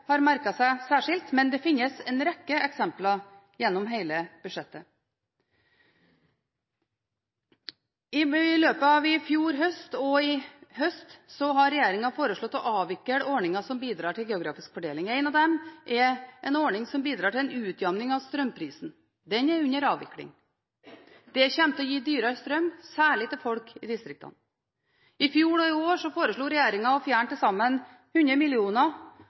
har merket seg særskilt, men det finnes en rekke eksempler gjennom hele budsjettet. I løpet av i fjor høst og i høst har regjeringen foreslått å avvikle ordninger som bidrar til geografisk fordeling. En av dem er en ordning som bidrar til en utjevning av strømprisen. Den er under avvikling. Det kommer til å gi dyrere strøm, særlig til folk i distriktene. I fjor og i år foreslo regjeringen å fjerne til sammen 100